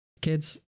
Kids